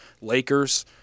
Lakers